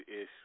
ish